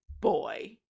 boy